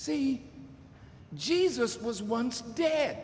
see jesus was once dead